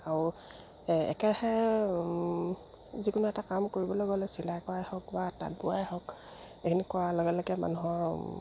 আৰু একেৰাহে যিকোনো এটা কাম কৰিবলৈ গ'লে চিলাই কৰাই হওক বা তাঁত বোৱাই হওক এইখিনি কৰাৰ লগে লগে মানুহৰ